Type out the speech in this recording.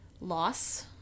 loss